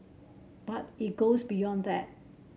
but it goes beyond that